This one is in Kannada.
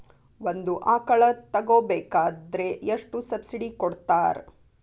ಒಂದು ಆಕಳ ತಗೋಬೇಕಾದ್ರೆ ಎಷ್ಟು ಸಬ್ಸಿಡಿ ಕೊಡ್ತಾರ್?